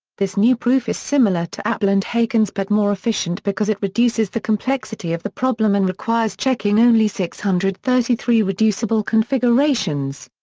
this new proof is similar to appel and haken's but more efficient because it reduces the complexity of the problem and requires checking only six hundred and thirty three reducible configurations.